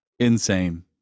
insane